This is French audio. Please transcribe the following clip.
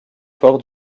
fort